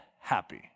happy